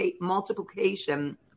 multiplication